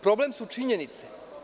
Problem su činjenice.